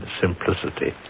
simplicity